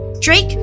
Drake